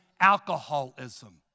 alcoholism